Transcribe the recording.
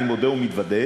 אני מודה ומתוודה,